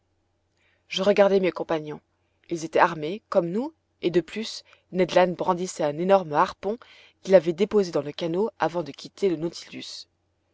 je regardai mes compagnons ils étaient armés comme nous et de plus ned land brandissait un énorme harpon qu'il avait déposé dans le canot avant de quitter le nautilus